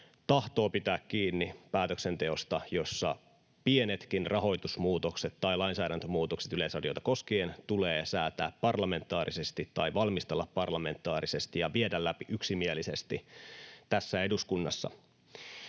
tahtoo pitää kiinni päätöksenteosta, jossa pienetkin rahoitusmuutokset tai lainsäädäntömuutokset Yleisradiota koskien tulee valmistella parlamentaarisesti ja viedä läpi yksimielisesti eduskunnassa.